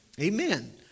Amen